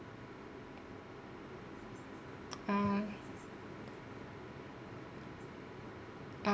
ah